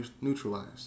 neutralized